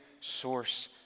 source